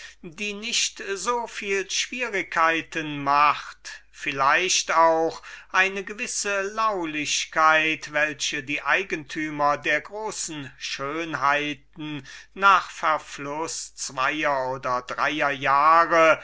welche nicht so viel schwierigkeiten machen vielleicht auch eine gewisse laulichkeit welche die eigentümer dieser wundertätigen schönheiten gemeiniglich nach verfluß zweier oder dreier jahre